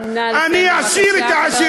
נא לסיים.